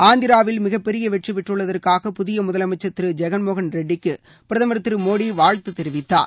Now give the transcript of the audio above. ஆந்திராவில் மிகப்பெரிய வெற்றி பெற்றுள்ளதற்காக புதிய முதலமைச்சர் திரு ஜெகன்மோகன் ரெட்டிக்கு பிரதமர் திரு மோடி வாழ்த்து தெரிவித்தார்